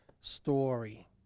story